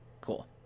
Cool